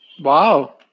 Wow